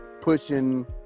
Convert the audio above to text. pushing